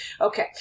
Okay